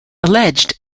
alleged